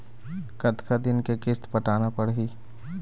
कतका दिन के किस्त पटाना पड़ही?